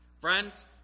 Friends